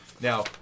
Now